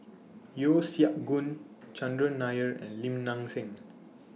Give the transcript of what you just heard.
Yeo Siak Goon Chandran Nair and Lim Nang Seng